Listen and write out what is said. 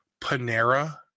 Panera